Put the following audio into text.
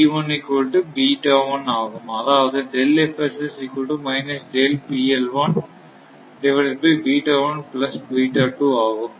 அதாவது ஆகும்